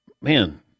man